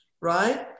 right